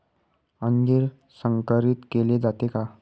अंजीर संकरित केले जाते का?